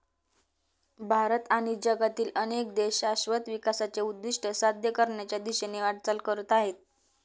भारत आणि जगातील अनेक देश शाश्वत विकासाचे उद्दिष्ट साध्य करण्याच्या दिशेने वाटचाल करत आहेत